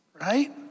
right